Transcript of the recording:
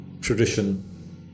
tradition